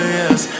yes